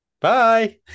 Bye